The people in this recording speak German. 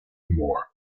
moor